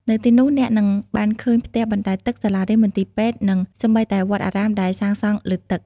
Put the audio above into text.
នៅទីនោះអ្នកនឹងបានឃើញផ្ទះបណ្តែតទឹក សាលារៀន មន្ទីរពេទ្យ និងសូម្បីតែវត្តអារាមដែលសាងសង់លើទឹក។